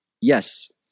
Yes